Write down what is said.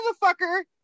motherfucker